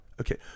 okay